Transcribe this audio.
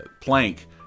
Plank